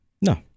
No